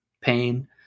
pain